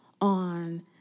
on